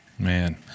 Man